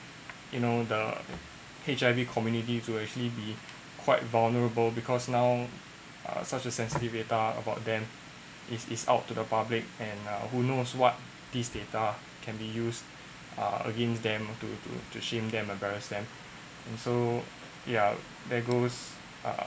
you know the H_I_V community to actually be quite vulnerable because now err such a sensitive data about them is is out to the public and uh who knows what these data can be used uh against them to to to shame them embarrass them and so yeah that goes err